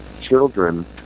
children